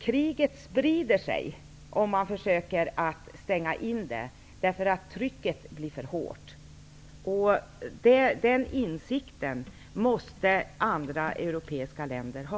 Kriget sprider sig om man försöker stänga in det, därför att trycket blir för starkt. Den insikten måste andra europeiska länder ha.